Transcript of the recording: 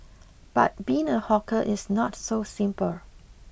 but being a hawker it's not so simple